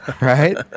Right